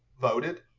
voted